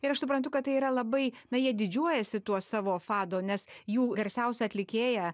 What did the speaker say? ir aš suprantu kad tai yra labai na jie didžiuojasi tuo savo fado nes jų garsiausia atlikėja